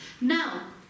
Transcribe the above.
Now